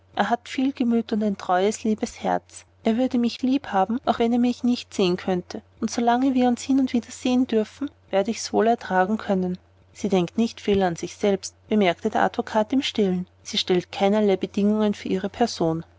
er hat viel gemüt und ein treues liebes herz er würde mich lieb haben auch wenn er mich nicht sehen könnte und solange wir uns hin und wieder sehen dürfen werde ich's ja wohl ertragen können sie denkt nicht viel an sich selbst bemerkte der advokat im stillen sie stellt keinerlei bedingungen für ihre person